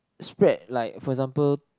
spread like for example